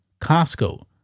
Costco